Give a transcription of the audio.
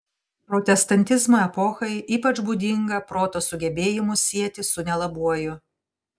protestantizmo epochai ypač būdinga proto sugebėjimus sieti su nelabuoju